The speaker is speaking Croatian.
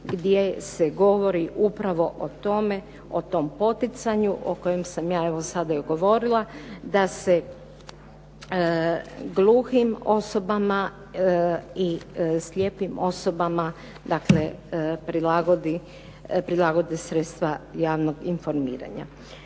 gdje se govori upravo o tome, o tom poticanju o kojem sam ja evo sada i govorila da se gluhim osobama i slijepim osobama dakle prilagode sredstva javnog informiranja.